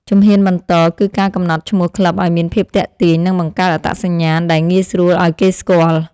ជំហានបន្ត គឺការកំណត់ឈ្មោះក្លឹបឱ្យមានភាពទាក់ទាញ និងបង្កើតអត្តសញ្ញាណដែលងាយស្រួលឱ្យគេស្គាល់។